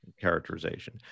characterization